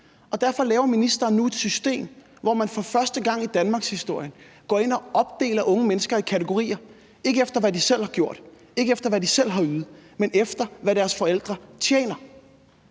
Derfor laver ministeren nu et system, hvor man for første gang i danmarkshistorien går ind og opdeler unge mennesker i kategorier, ikke efter hvad de selv har gjort, ikke efter hvad de selv har ydet, men efter hvad deres forældre tjener.